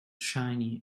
shiny